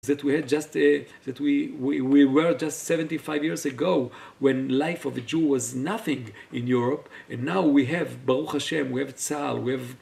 כשאנחנו היו רק 75 שנים לפני כן, כשחיים יהודים לא היו משהו באירופה, ועכשיו יש לנו ברוך השם, יש לנו צער, יש לנו...